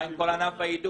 מה עם כל ענף האידוי?